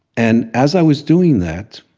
and as i was doing that,